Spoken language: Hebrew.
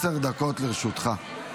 עשר דקות לרשותך.